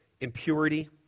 impurity